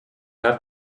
have